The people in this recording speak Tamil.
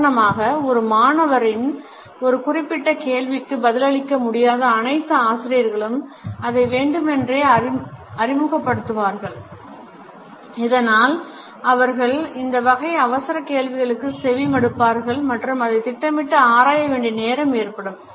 உதாரணமாக ஒரு மாணவரின் ஒரு குறிப்பிட்ட கேள்விக்கு பதிலளிக்க முடியாத அனைத்து ஆசிரியர்களும் அதை வேண்டுமென்றே அறிமுகப்படுத்துவார்கள் இதனால் அவர்கள் இந்த வகை அவசரக் கேள்விகளுக்கு செவிமடுப்பார்கள் மற்றும் அதைத் திட்டமிட்டு ஆராய வேண்டிய நேரம் ஏற்படும்